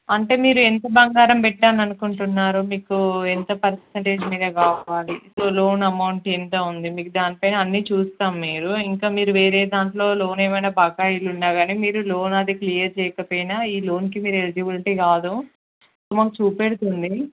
అంటే మీరు ఎంత బంగారం పెట్టాలనుకుంటున్నారు మీకు ఎంత పర్సెంటేజ్ మీద కావాలి లోన్ అమౌంట్ ఎంత ఉంది మీకు దాని పైన అన్నీ చూస్తాము మీరు ఇంకా మీరు వేరే దాంట్లో లోన్ ఏమైనా బకాయీలు ఉన్నా కానీ మీరు లోన్ అది క్లియర్ చేయకపోయినా ఈ లోన్కి మీరు ఎలిజిబిలిటీ కాదు మాకు చూపెడుతుంది